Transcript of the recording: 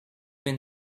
been